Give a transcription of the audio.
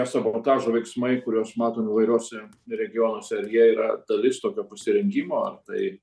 sabotažo veiksmai kuriuos matom įvairiuose regionuose ar jie yra dalis tokio pasirengimo ar tai